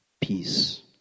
Peace